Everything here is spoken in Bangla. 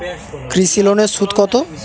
কৃষি লোনের সুদ কত?